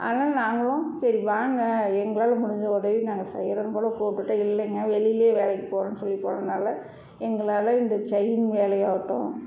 ஆனால் நாங்களும் சரி வாங்க எங்களால் முடிஞ்ச உதவியை நாங்கள் செய்யறோம் போல் கூப்பிட்டுட்டோம் இல்லைங்க வெளில வேலைக்கு போகறோன்னு சொல்லி போகறதனால எங்களால் இந்த ஜெயின் வேலையாகட்டும்